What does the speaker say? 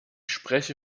spreche